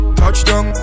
touchdown